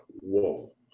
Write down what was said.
whoa